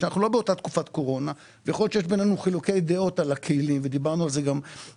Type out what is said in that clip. יכול להיות שיש בינינו חילוקי דעות על הכלים, אבל